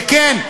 שכן,